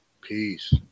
Peace